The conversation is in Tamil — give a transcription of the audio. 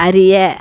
அறிய